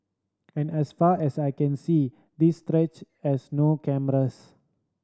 and as far as I can see this stretch has no cameras